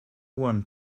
one